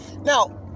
Now